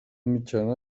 mitjana